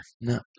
No